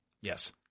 Yes